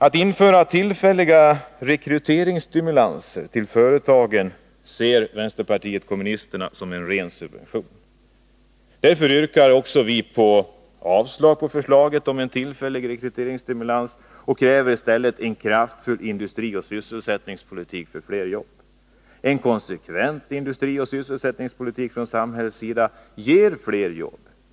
Att införa tillfälliga rekryteringsstimulanser till företagen ser vänsterpartiet kommunisterna som en ren subvention. Därför yrkar vi avslag på regeringens förslag till tillfällig rekryteringsstimulans och kräver i stället en kraftfull industrioch sysselsättningspolitik för fler jobb. En konsekvent industrioch sysselsättningspolitik från samhällets sida ger fler jobb.